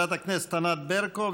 חברת הכנסת ענת ברקו,